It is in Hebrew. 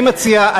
אני מציע,